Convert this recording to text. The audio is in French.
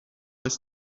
est